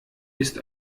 ist